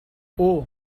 اوه